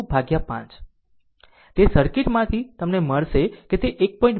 તે સર્કિટમાંથી તમને મળશે કે તે 1